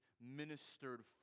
ministered